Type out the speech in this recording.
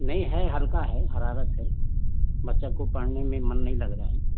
नहीं है हल्का है हरारत है बच्चा को पढ़ने में मन नहीं लग रहा है